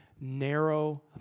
narrow